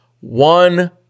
one